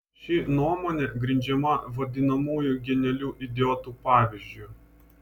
ši nuomonė grindžiama vadinamųjų genialių idiotų pavyzdžiu